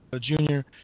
Junior